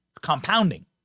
compounding